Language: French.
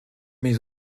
mes